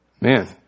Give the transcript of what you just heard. Man